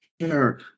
sure